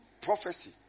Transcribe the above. prophecy